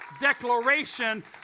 declaration